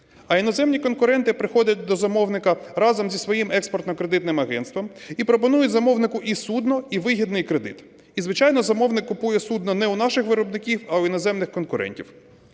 А іноземні конкуренти приходять до замовника разом зі своїм експортно-кредитним агентством і пропонують замовнику і судно, і вигідний кредит. І, звичайно, замовник купує судно не у наших виробників, а у іноземних конкурентів.